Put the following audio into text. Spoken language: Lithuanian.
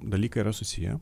dalykai yra susiję